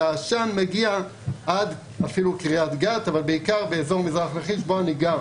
והעשן מגיע עד קרית גת אפילו אבל בעיקר באזור מזרח לכיש בו אני גר.